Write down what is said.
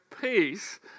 peace